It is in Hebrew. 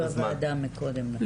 את היית אצלי בוועדה מקודם, נכון?